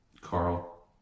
Carl